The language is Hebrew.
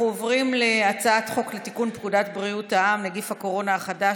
אנחנו עוברים להצעת חוק לתיקון פקודת בריאות העם (נגיף הקורונה החדש,